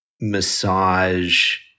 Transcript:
massage